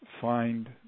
find